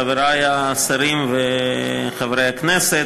חברי השרים וחברי הכנסת,